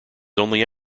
only